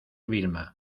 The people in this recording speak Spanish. vilma